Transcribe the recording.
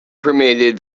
permitted